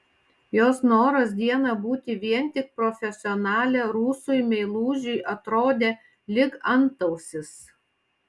jos noras dieną būti vien tik profesionale rusui meilužiui atrodė lyg antausis